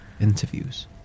interviews